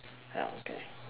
ya okay